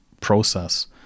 process